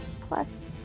plus